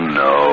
no